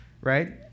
Right